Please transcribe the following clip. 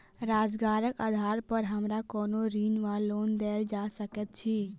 रोजगारक आधार पर हमरा कोनो ऋण वा लोन देल जा सकैत अछि?